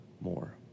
more